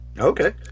Okay